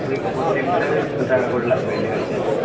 ঐ প্রত্যেক লিটারে দুটাকা করে লাগবে ডেলিভারি চার্জ